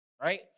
Right